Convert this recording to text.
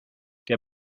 der